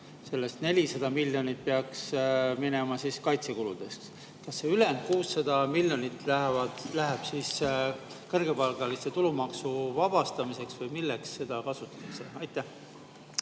sellest 400 miljonit peaks minema kaitsekuludeks. Kas see ülejäänud 600 miljonit läheb kõrgepalgaliste tulumaksu alt vabastamiseks või milleks seda kasutatakse? Aitäh,